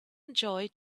enjoy